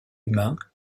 humain